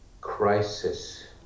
crisis